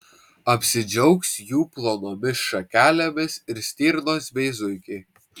apsidžiaugs jų plonomis šakelėmis ir stirnos bei zuikiai